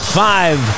five